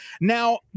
Now